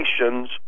nations